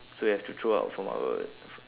so we have to throw out from our